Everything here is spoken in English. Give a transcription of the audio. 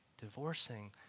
divorcing